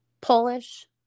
Polish